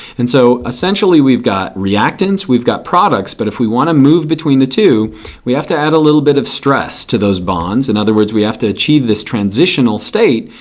and so essentially we've got reactants. we've got products. but if we want to move between the two we have to add a little bit of stress to those bonds. in other words we have to achieve this transitional state.